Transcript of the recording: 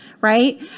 right